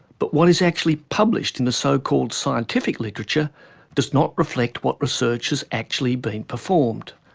but what is actually published in the so-called scientific literature does not reflect what research has actually been performed.